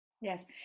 Yes